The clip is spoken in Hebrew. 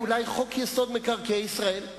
אולי חוק-יסוד: מקרקעי ישראל?